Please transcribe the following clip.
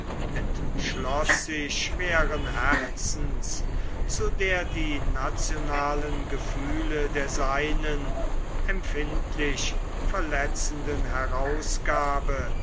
entschloß sich schweren herzens zu der die nationalen gefühle der seinen empfindlich verletzenden herausgabe